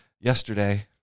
yesterday